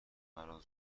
مرا